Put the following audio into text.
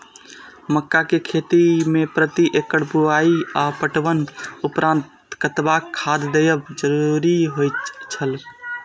मक्का के खेती में प्रति एकड़ बुआई आ पटवनक उपरांत कतबाक खाद देयब जरुरी होय छल?